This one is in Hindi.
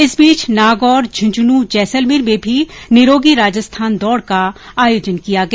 इस बीच नागौर झुंझुनूं जैसलमेर में भी निरोगी राजस्थान दौड का आयोजन किया गया